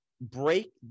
break